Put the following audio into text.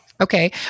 Okay